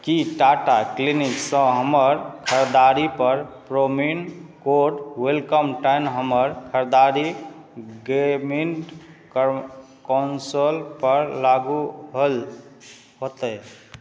की टाटा क्लीनिकसँ हमर खरीददारी पर प्रोमिन कोड वेलकम टेन हमर खरीददारी गेमिंड क कन्सोल पर लागू होल होयतै